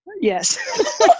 Yes